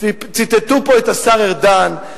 ציטטו פה את השר ארדן,